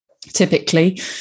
typically